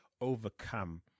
overcome